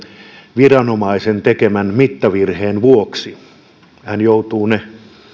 viranomaisen tekemän mittavirheen vuoksi